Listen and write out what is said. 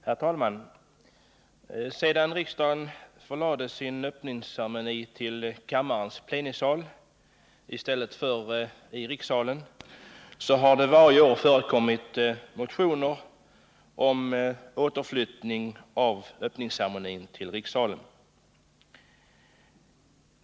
Herr talman! Sedan riksdagen förlade sin öppningsceremoni till kammarens plenisal i stället för rikssalen har det varje år förekommit motioner om återflyttning av öppningsceremonin till rikssalen.